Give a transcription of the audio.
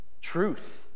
truth